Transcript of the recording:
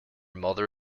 mother